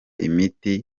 imiti